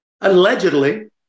allegedly